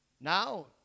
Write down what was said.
Now